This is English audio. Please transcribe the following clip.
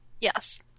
yes